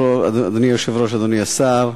אדוני היושב-ראש, אדוני השר,